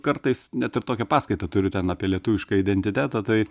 kartais net ir tokią paskaitą turiu ten apie lietuvišką identitetą tai